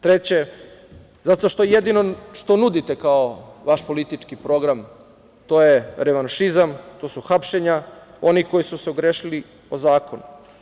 Treće, zato što jedino što nudite kao vaš politički program to je revanšizam, to su hapšenja onih koji su se ogrešili o zakon.